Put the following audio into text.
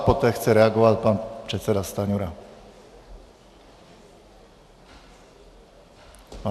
Poté chce reagovat pan předseda Stanjura.